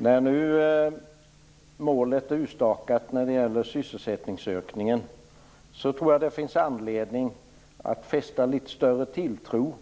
När nu målet för sysselsättningsökningen är utstakat tror jag att det finns anledning att fästa litet större tilltro